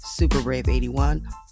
SuperBrave81